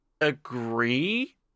agree